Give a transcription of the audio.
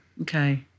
Okay